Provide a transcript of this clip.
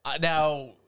Now